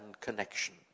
connection